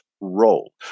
role